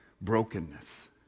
brokenness